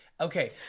Okay